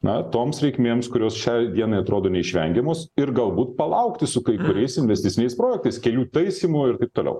na toms reikmėms kurios šiai dienai atrodo neišvengiamos ir galbūt palaukti su kai kuriais investiciniais projektais kelių taisymų ir taip toliau